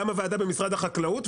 גם הוועדה במשרד החקלאות.